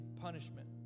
punishment